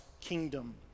kingdom